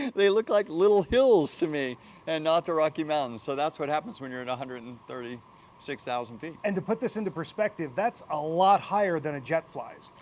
they looked like little hills to me and not the rocky mountains so, that's what happens when you're at one hundred and thirty six thousand feet. and, to put this into perspective, that's a lot higher than a jet flies.